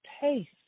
taste